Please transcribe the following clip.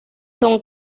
don